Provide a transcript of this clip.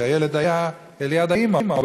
שתינוק כזה היה ליד האימא,